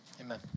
amen